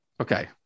Okay